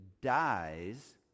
dies